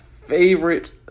favorite